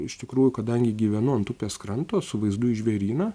iš tikrųjų kadangi gyvenu ant upės kranto su vaizdu į žvėryną